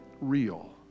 real